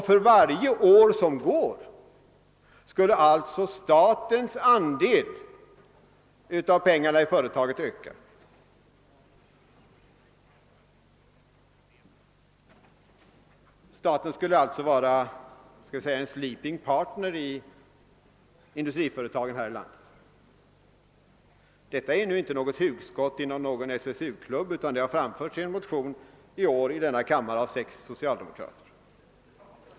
För varje år som går skall alltså statens andel av företagets tillgångar öka. Staten skulle vara ett slags sleeping partner i industriföretagen i vårt land. Detta är inte något hugskott från en SSU-klubb utan har framförts i år i denna kammare av sex socialdemokrater.